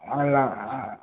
அது தான்